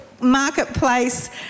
marketplace